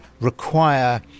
require